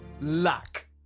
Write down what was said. Luck